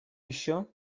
еще